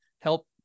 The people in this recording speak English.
help